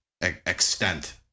extent